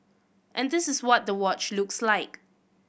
and this is what the watch looks like